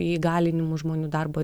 įgalinimų žmonių darbo